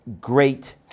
great